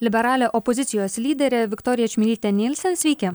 liberalė opozicijos lyderė viktorija čmilytė nylsen sveiki